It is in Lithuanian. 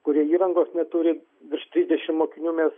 kurie įrangos neturi virš trisdešimt mokinių mes